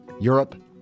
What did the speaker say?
Europe